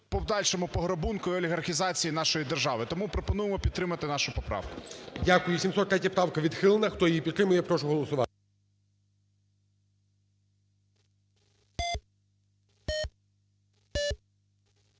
подальшому пограбунку і олігархізації нашої держави. Тому пропонуємо підтримати нашу поправку. ГОЛОВУЮЧИЙ. Дякую. 703-я правка відхилена. Хто її підтримує, прошу голосувати.